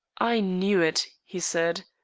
i knew it, he said.